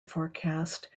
forecast